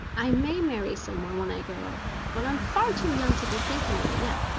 i may marry somebody when i grow up but i'm far too young to be thinking of it yet,